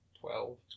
Twelve